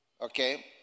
Okay